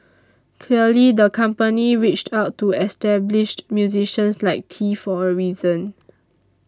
clearly the company reached out to established musicians like Tee for a reason